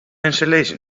installation